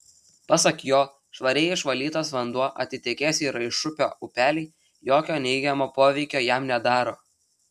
pasak jo švariai išvalytas vanduo atitekėjęs į raišupio upelį jokio neigiamo poveikio jam nedaro